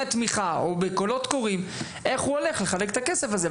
התמיכה או בקולות קוראים איך הוא הולך לחלק את הכסף הזה.